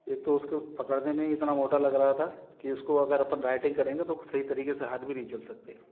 एक तो उसको पकड़ने मे ही इतना मोटा लग रहा था कि उसको अगर अपन राइटिंग करेंगे तो सही तरीक़े से हाथ भी नहीं चल सकता